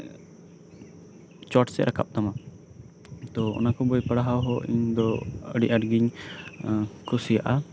ᱪᱚᱴ ᱥᱮᱡ ᱨᱟᱠᱟᱵ ᱛᱟᱢᱟ ᱛᱚ ᱚᱱᱟ ᱠᱚ ᱵᱳᱭ ᱯᱟᱲᱦᱟᱣ ᱦᱚᱸ ᱤᱧ ᱫᱚ ᱟᱹᱰᱤ ᱟᱸᱴ ᱜᱤᱧ ᱠᱩᱥᱤᱭᱟᱜᱼᱟ